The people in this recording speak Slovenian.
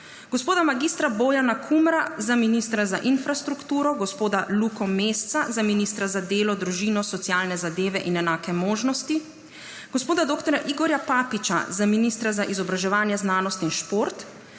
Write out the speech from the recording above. gospoda mag. Bojana Kumra za ministra za infrastrukturo, gospoda Luko Mesca za ministra za delo, družino, socialne zadeve in enake možnosti, gospoda dr. Igorja Papiča za ministra za izobraževanje, znanost in šport,